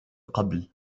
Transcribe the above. قبل